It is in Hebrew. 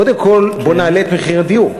קודם כול בוא נעלה את מחיר הדיור.